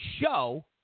show